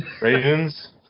Ravens